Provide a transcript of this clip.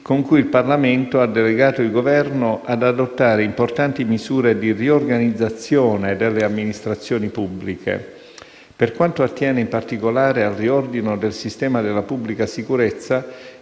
con cui il Parlamento ha delegato il Governo ad adottare importanti misure di riorganizzazione delle amministrazioni pubbliche. Per quanto attiene in particolare al riordino del sistema della pubblica sicurezza,